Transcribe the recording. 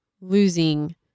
losing